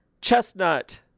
Chestnut